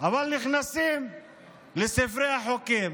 אבל נכנסים לספר החוקים.